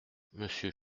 monsieur